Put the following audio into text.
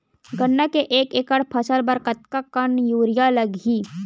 गन्ना के एक एकड़ फसल बर कतका कन यूरिया लगही?